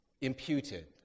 imputed